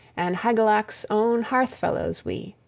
and hygelac's own hearth-fellows we.